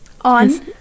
On